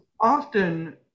often